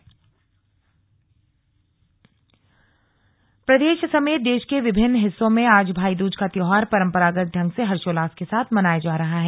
भाई दूज प्रदेश समेत देश के विभिन्न हिस्सो में आज भाईदूज का त्योहार परंपरागत ढंग से हर्षोल्लास के साथ मनाया जा रहा है